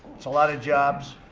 that's a lot of jobs.